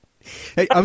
Hey